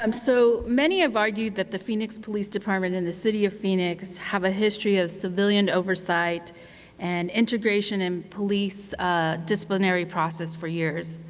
um so many have argued that the phoenix police department and the city of phoenix have a history of civilian oversight and integration in police a disciplinary process for years.